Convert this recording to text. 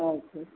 हाँ सर